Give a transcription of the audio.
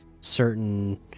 certain